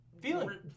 feeling